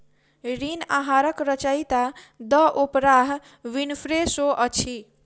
ऋण आहारक रचयिता द ओपराह विनफ्रे शो अछि